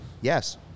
Yes